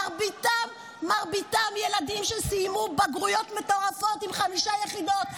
מרביתם ילדים שסיימו בגרויות מטורפות עם 5 יחידות.